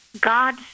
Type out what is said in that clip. God